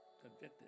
convicted